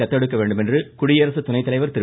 தத்தெடுக்க வேண்டும் என்று குடியரசு துணைத்தலைவர் திரு